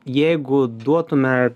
jeigu duotume